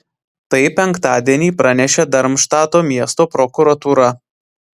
tai penktadienį pranešė darmštato miesto prokuratūra